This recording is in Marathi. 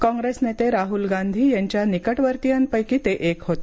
काँग्रेस नेते राहुल गांधी यांच्या निकटवर्तीयांपैकी ते एक होते